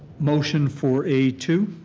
motion for a two?